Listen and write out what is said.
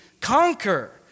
conquer